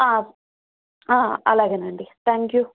అలాగే అండి thank you